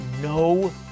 no